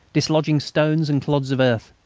dislodging stones and clods of earth.